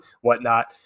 whatnot